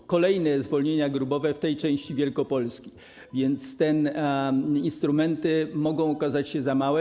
To kolejne zwolnienia grupowe w tej części Wielkopolski, a więc te instrumenty mogą okazać się za małe.